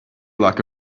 like